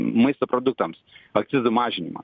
maisto produktams akcizų mažinimą